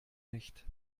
nicht